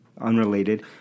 unrelated